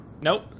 Nope